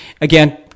again